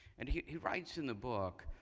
and he he writes in the book,